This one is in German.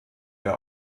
der